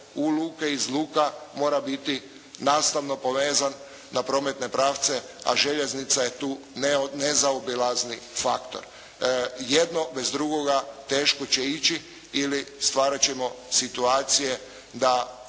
luke i iz luka mora biti nastavno povezan na prometne pravce a željeznica je tu nezaobilazni faktor. Jedno bez drugoga teško će ići ili stvarat ćemo situacije da